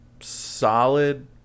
Solid